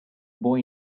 boy